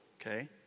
okay